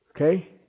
Okay